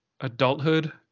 adulthood